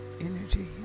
energy